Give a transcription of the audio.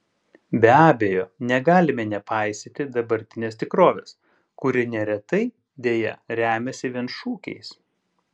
be abejo negalime nepaisyti dabartinės tikrovės kuri neretai deja remiasi vien šūkiais